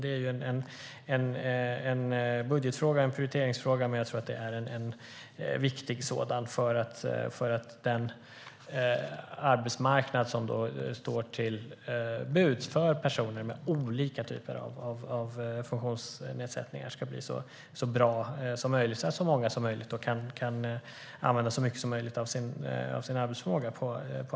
Det är en budgetfråga och en prioriteringsfråga, men jag tror att det är en viktig sådan för att den arbetsmarknad som står till buds för personer med olika typer av funktionsnedsättningar ska bli så bra som möjligt så att så många som möjligt kan använda så mycket som möjligt av sin arbetsförmåga.